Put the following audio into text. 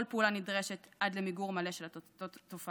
פעולה נדרשת עד למיגור מלא של התופעה.